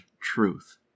truth